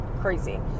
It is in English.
crazy